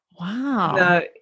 Wow